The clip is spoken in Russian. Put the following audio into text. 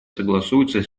согласуется